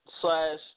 slash